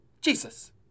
Jesus